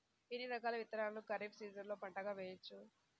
ఎన్ని రకాల విత్తనాలను ఖరీఫ్ సీజన్లో పంటగా వేయచ్చు?